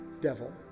devil